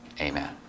Amen